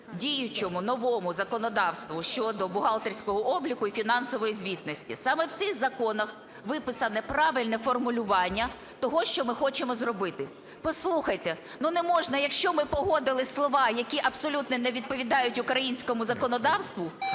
діючому новому законодавству щодо бухгалтерського обліку і фінансової звітності. Саме в цих законах виписане правильне формулювання того, що ми хочемо зробити. Послухайте, но не можна, якщо ми погодили слова, які абсолютно не відповідають українському законодавству,